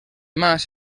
mas